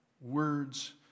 words